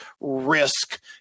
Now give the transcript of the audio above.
risk